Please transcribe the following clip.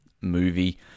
movie